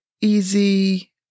easy